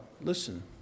listen